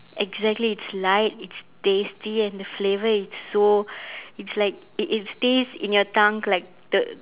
exactly it's light it's tasty and the flavour is so it's like it it stays in your tongue like the